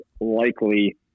likely